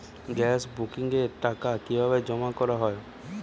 Gas বুকিংয়ের টাকা কিভাবে জমা করা হয়?